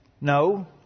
No